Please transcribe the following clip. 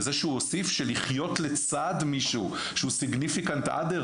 וזה שהוא הוסיף שלחיות לצד מישהו שהוא אדם שונה ממך,